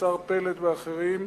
השר פלד ואחרים,